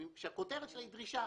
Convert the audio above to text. שהכותרת שלו היא דרישה.